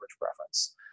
preference